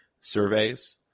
surveys